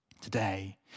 Today